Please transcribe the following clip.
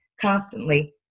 constantly